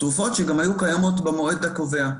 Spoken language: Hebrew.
תרופות שהיו קיימות גם במועד הקובע.